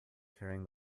carrying